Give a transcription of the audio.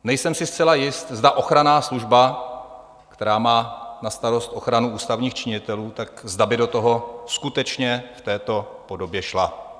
Nejsem si zcela jist, zda ochranná služba, která má na starost ochranu ústavních činitelů, zda by do toho skutečně v této podobě šla.